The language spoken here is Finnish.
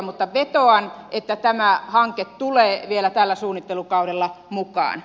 mutta vetoan että tämä hanke tulee vielä tällä suunnittelukaudella mukaan